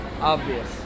obvious